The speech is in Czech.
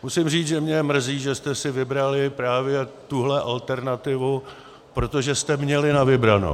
Musím říct, že mě mrzí, že jste si vybrali právě tuhle alternativu, protože jste měli na vybranou.